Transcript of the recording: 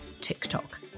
TikTok